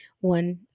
one